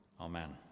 Amen